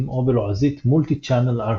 או בלועזית Multi-Channel Architecture.